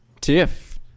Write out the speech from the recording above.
TIFF